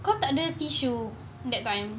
kau takde tissue that time